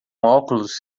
óculos